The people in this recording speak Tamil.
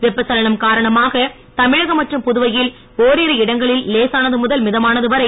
வெப்பச்சலனம் காரணமாக தமிழகம் மற்றும் புதுவையில் ஓரிரு இடங்களில் லேசனது முதல் மிதமானது வரை